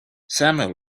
samuel